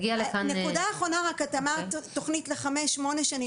נקודה אחרונה רק: את אמרת תוכנית ל-8-5 שנים.